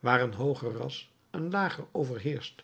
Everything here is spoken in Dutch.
waar een hooger ras een lager overheerscht